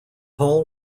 paul